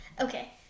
Okay